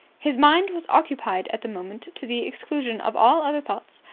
his mind was occupied at the moment, to the exclusion of all other thoughts,